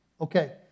Okay